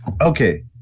Okay